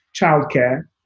childcare